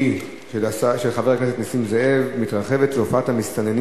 של חבר הכנסת נסים זאב: התרחבות תופעת המסתננים